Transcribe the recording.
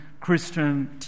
Christian